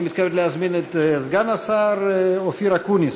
אני מתכבד להזמין את סגן השר אופיר אקוניס.